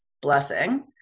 Blessing